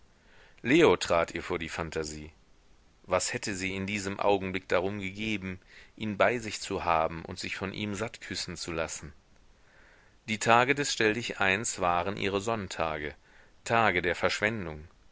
leo trat ihr vor die phantasie was hätte sie in diesem augenblick darum gegeben ihn bei sich zu haben und sich von ihm sattküssen zu lassen die tage des stelldicheins waren ihre sonntage tage der verschwendung